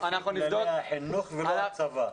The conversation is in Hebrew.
--- חינוך ולא הצבא.